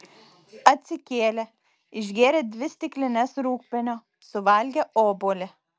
atsikėlė išgėrė dvi stiklines rūgpienio suvalgė obuolį